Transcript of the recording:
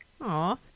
Aw